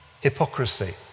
Hypocrisy